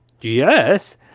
Yes